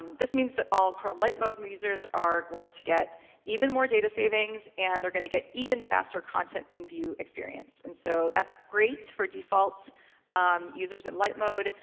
this means that all chrome light mode users are going to get even more data savings, and they're going to get even faster content in view experience. and so that's great for default users in light mode.